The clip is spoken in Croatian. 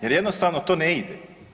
Jer jednostavno to ne ide.